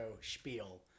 spiel